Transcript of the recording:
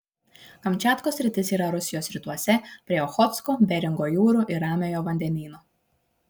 kamčiatkos sritis yra rusijos rytuose prie ochotsko beringo jūrų ir ramiojo vandenyno